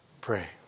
pray